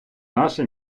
наше